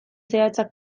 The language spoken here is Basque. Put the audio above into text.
zehatzak